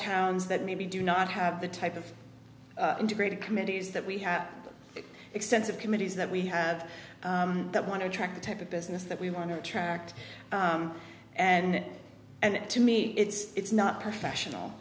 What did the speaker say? towns that maybe do not have the type of integrated committees that we have extensive committees that we have that want to attract the type of business that we want to attract and and to me it's it's not professional